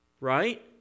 right